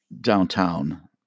downtown